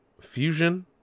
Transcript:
Fusion